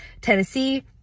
Tennessee